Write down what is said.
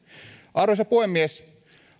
arvoisa puhemies